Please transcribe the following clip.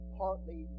partly